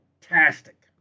fantastic